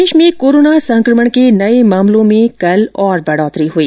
प्रदेश में कोरोना संकमण के नये मामलों में कल और बढ़ोतरी हुई